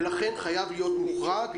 ולכן חייב להיות מוחרג,